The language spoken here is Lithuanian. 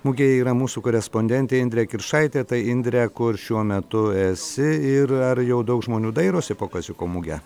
mugėje yra mūsų korespondentė indrė kiršaitė tai indre kur šiuo metu esi ir ar jau daug žmonių dairosi po kaziuko mugę